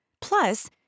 Plus